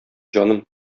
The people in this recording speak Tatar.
җаным